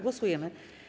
Głosujemy.